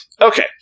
Okay